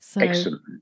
Excellent